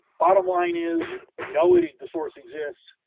bottom line is we know it, the source exists,